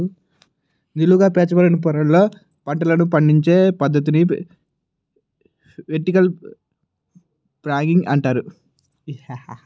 నిలువుగా పేర్చబడిన పొరలలో పంటలను పండించే పద్ధతిని వెర్టికల్ ఫార్మింగ్ అంటారు